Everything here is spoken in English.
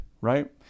right